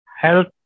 health